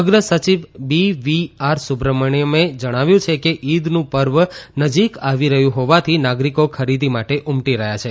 અગ્ર સચિવ મ્ફઇ સુબ્રમણ્યમે જણાવ્યું છે કે ઇદનું પર્વ નજીક આવી રહ્યું હોવાથી નાગરીકો ખરીદી માટે ઉમટી રહ્યા છે